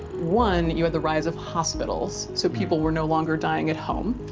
one, you had the rise of hospitals, so people were no longer dying at home,